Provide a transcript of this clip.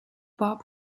bob